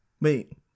Wait